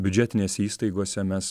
biudžetinėse įstaigose mes